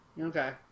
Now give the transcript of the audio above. Okay